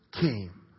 came